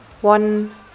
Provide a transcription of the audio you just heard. One